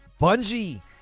Bungie